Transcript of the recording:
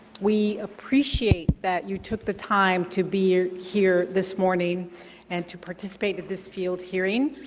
we appreciate that you took the time to be here this morning and to participate at this field hearing.